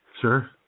Sure